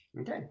Okay